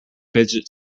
fidget